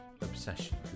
obsession